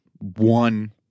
one